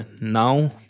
now